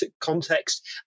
context